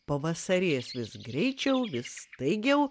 pavasarės vis greičiau vis staigiau